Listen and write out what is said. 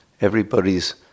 everybody's